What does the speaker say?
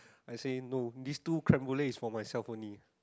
I say no these two Creme-Brule is for myself only